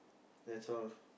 that's all